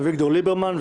אביגדור ליברמן,